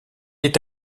est